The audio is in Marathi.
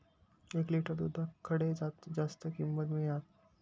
एक लिटर दूधाक खडे जास्त किंमत मिळात?